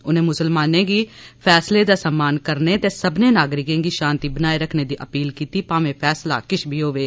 उनें मुसलमानें गी फैसले दा सम्मान करने ते सब्बने नागरिकें गी शांति बनाए रखने दी अपील कीती भामें फैसला किश बी होवै